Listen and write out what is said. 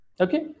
Okay